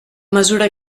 mesura